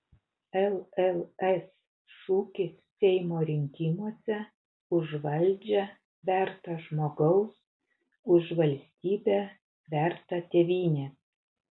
lls šūkis seimo rinkimuose už valdžią vertą žmogaus už valstybę vertą tėvynės